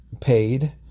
paid